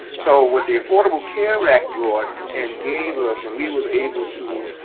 so what the affordable care act brought and gave us, and we was able to